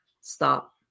stop